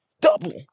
double